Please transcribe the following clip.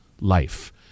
life